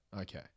Okay